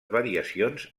variacions